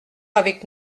avec